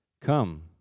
Come